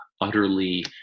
utterly